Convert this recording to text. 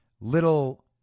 little